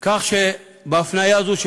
כך שבהפניה הזאת,